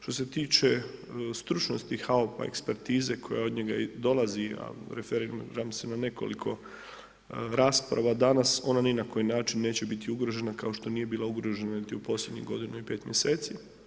Što ste tiče stručnosti HAOPA i ekspertize, koje od njega i dolazi a referira se na nekoliko rasprava danas, ona ni na koji način neće biti ugrožena, kao što nije bila ugrožena niti u proslijedih godinu i 5 mj.